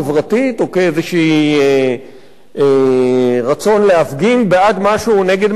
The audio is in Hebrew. או מאיזה רצון להפגין בעד משהו או נגד משהו.